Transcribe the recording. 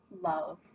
love